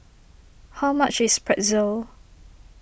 how much is Pretzel